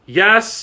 yes